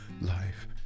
Life